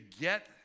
get